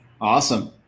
Awesome